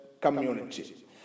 community